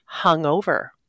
hungover